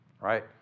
right